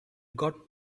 got